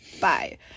bye